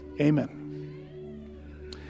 Amen